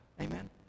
Amen